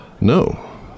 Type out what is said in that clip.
No